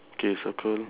okay circle